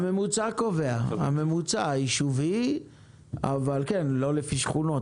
הממוצע היישובי קובע, לא לפי שכונות.